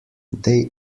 they